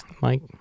Mike